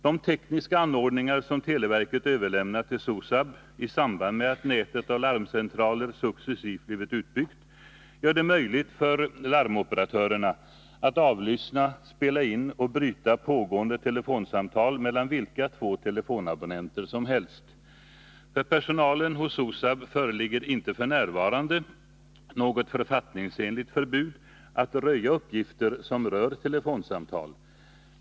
De tekniska anordningar, som televerket överlämnat till SOSAB i samband med att nätet av larmcentraler successivt blivit utbyggt, gör det möjligt för larmoperatörerna att avlyssna, spela in och bryta pågående telefonsamtal mellan vilka två telefonabonnenter som helst. För personalen hos SOSAB föreligger inte f. n. något författningsenligt förbud att röja uppgifter som rör telefonsamtal.